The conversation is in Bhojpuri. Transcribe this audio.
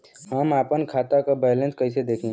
हम आपन खाता क बैलेंस कईसे देखी?